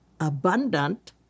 abundant